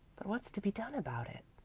but what's to be done about it?